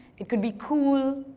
it could be cool.